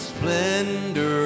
Splendor